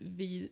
vi